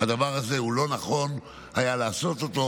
הדבר הזה, לא נכון היה לעשות אותו.